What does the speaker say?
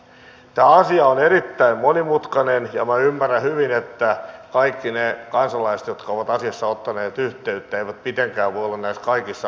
tämä asia on erittäin monimutkainen ja minä ymmärrän hyvin että kaikki ne kansalaiset jotka ovat asiassa ottaneet yhteyttä eivät mitenkään voi olla näistä kaikista asioista selvillä